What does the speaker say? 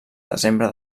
desembre